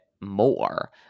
more